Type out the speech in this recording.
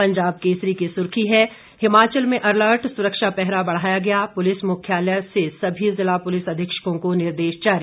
पंजाब केसरी की सुर्खी है हिमाचल में अलर्ट सुरक्षा पहरा बढ़ाया गया पुलिस मुख्यालय से सभी जिला पुलिस अधीक्षकों को निर्देश जारी